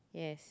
yes